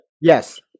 Yes